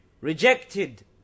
rejected